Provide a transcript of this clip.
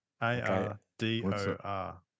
a-r-d-o-r